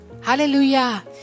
Hallelujah